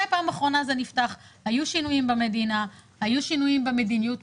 היו שינויים במדינה, היו שינויים במדיניות.